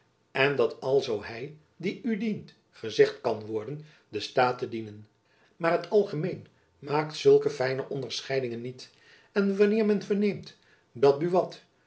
en dat alzoo hy die u dient gezegd kan worden den staat te dienen maar het algemeen maakt zulke fijne onderscheidingen niet en wanneer men verneemt dat buat